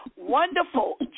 Wonderful